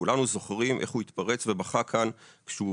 וכולנו זוכרים איך הוא התפרץ ובכה כאן כשהוא